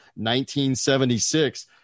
1976